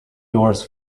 doors